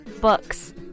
books